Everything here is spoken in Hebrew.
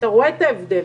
אתה רואה את ההבדל.